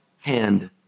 hand